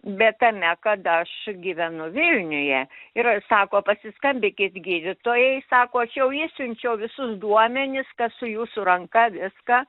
bet tame kad aš gyvenu vilniuje ir sako pasiskambykit gydytojai sako aš jau išsiunčiau visus duomenis kas su jūsų ranka viską